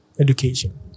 education